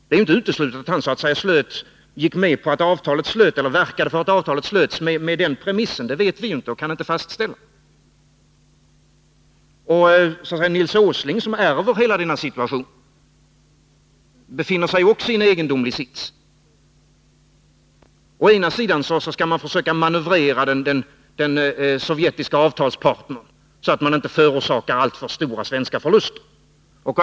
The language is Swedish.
Det är inte uteslutet att han verkade för att avtalet skulle slutas med den premissen. Det vet vi inte, det kan vi inte fastställa. Nils Åsling, som ärver hela denna situation, befinner sig också i en egendomlig sits. Å ena sidan skall man försöka manövrera den sovjetiska avtalspartnern så att inte alltför stora svenska förluster förorsakas.